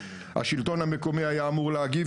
השלטון המקומי היה אמור להגיב,